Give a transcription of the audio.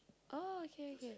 oh okay okay